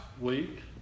week